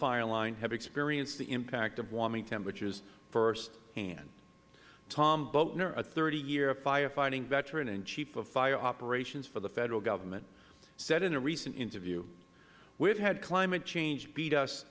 fire line have experienced the impact of warming temperatures firsthand tom boatner a thirty year fire fighting veteran and chief of fire operations for the federal government said in a recent interview we have had climate change beat us